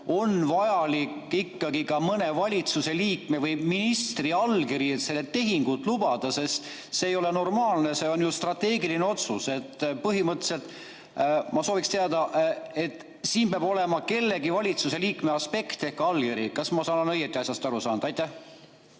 on vajalik ka mõne valitsusliikme, ministri allkiri, et seda tehingut lubada. See ei ole normaalne, see on ju strateegiline otsus. Põhimõtteliselt ma sooviks teada, kas siin peab olema kellegi valitsusliikme [respekt] ehk allkiri. Kas ma olen õieti asjast aru saanud? Aitäh!